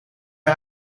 hij